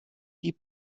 die